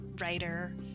writer